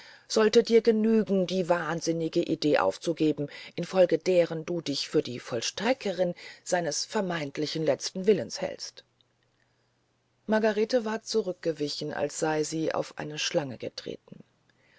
sollte dir genügen die wahnsinnige idee aufzugeben infolge deren du dich für die vollstreckerin seines vermeintlichen letzten willens hältst margarete war zurückgewichen als sei sie auf eine schlange getreten